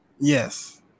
Yes